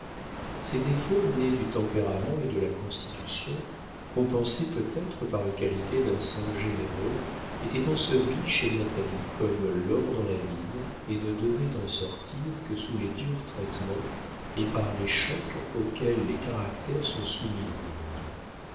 ces défauts nés du tempérament et de la constitution compensés peut-être par les qualités d'un sang généreux étaient ensevelis chez natalie comme l'or dans la mine et ne devaient en sortir que sous les durs traitements et par les chocs auxquels les caractères sont soumis dans le monde